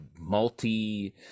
multi